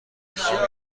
خوام